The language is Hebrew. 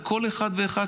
וגם כשאבי,